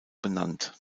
benannt